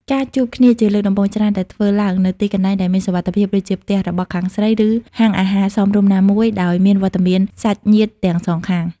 ការជួបគ្នាជាលើកដំបូងច្រើនតែធ្វើឡើងនៅទីកន្លែងដែលមានសុវត្ថិភាព ដូចជាផ្ទះរបស់ខាងស្រី ឬហាងអាហារសមរម្យណាមួយ ដោយមានវត្តមានសាច់ញាតិទាំងសងខាង។